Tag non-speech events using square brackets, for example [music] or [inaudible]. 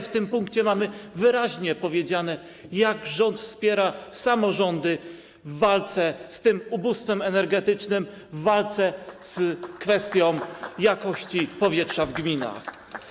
W tym punkcie mamy wyraźnie powiedziane, jak rząd wspiera samorządy w walce z ubóstwem energetycznym, [applause] w walce dotyczącej kwestii jakości powietrza w gminach.